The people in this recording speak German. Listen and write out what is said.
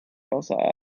außer